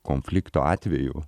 konflikto atveju